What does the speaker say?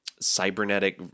cybernetic